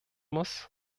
muss